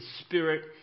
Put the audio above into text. Spirit